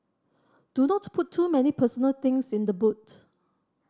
do not put too many personal things in the boot